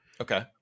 okay